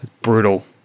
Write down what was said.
brutal